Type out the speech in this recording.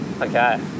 Okay